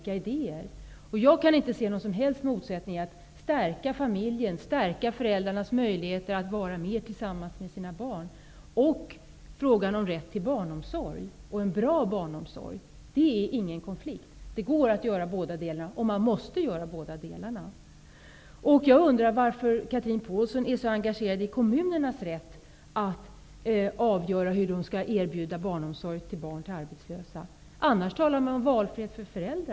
Jag kan inte se någon som helst motsättning mellan att stärka familjen, stärka föräldrarnas möjligheter att vara mer tillsammans med sina barn, och rätt till en bra barnomsorg. Det ligger ingen konflikt i detta. Det går att göra båda delarna, och det måste man göra. Jag undrar varför Chatrine Pålsson är så engagerad i kommunernas rätt att få avgöra om de skall erbjuda barnomsorg för barn till arbetslösa. Annars talar man om valfrihet för föräldrar.